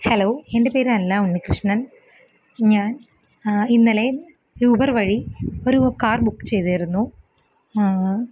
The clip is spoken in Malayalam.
ഹല്ലോ എന്റെ പേര് അൻല ഉണ്ണികൃഷ്ണന് ഞാന് ഇന്നലെ യൂബെര് വഴി ഒരു കാര് ബുക്ക് ചെയിതിരുന്നു